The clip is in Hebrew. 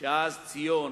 שאז ציון